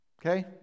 Okay